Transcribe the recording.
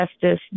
justice